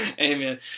Amen